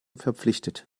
verpflichtet